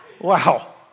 Wow